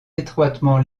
étroitement